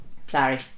Sorry